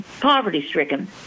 poverty-stricken